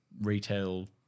retail